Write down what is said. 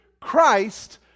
Christ